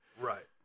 Right